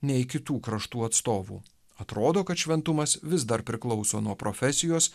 nei kitų kraštų atstovų atrodo kad šventumas vis dar priklauso nuo profesijos